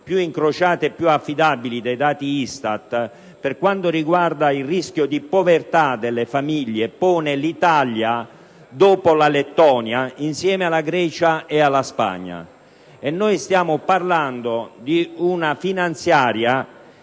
più incrociati e più affidabili dei dati ISTAT) per quanto riguarda il rischio di povertà delle famiglie pongono in graduatoria l'Italia dopo la Lettonia, insieme alla Grecia e alla Spagna. Stiamo parlando di una manovra